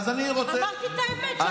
אמרתי את האמת.